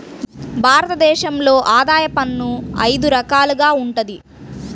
భారత దేశంలో ఆదాయ పన్ను అయిదు రకాలుగా వుంటది